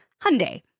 Hyundai